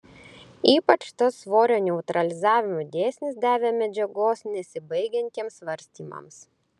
ypač tas svorio neutralizavimo dėsnis davė medžiagos nesibaigiantiems svarstymams